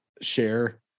share